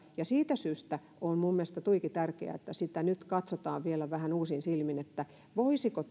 ja siitä syystä on mielestäni tuiki tärkeää että sitä nyt katsotaan vielä vähän uusin silmin että voisiko